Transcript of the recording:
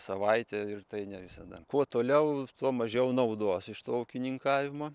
savaitę ir tai ne visada kuo toliau tuo mažiau naudos iš to ūkininkavimo